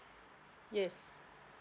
yes